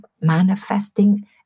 manifesting